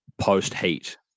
post-heat